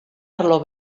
arlo